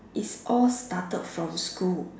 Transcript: is all started from school